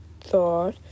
thought